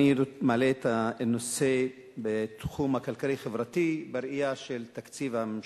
אני מעלה את הנושא בתחום הכלכלי-חברתי בראייה של תקציב הממשלה.